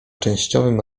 częściowym